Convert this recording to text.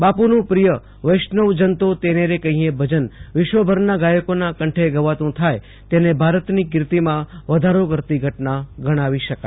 બાપુનું પ્રિય વેષ્ણવ જન તો તેને રે કહીએ ભજન વિશ્વરમાં ગાયકોના કંઠે ગવાતું થાય તેને ભારતની કીર્તિમાં વધારો કરતી ઘટના ગણાવી શકાય